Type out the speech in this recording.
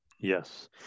Yes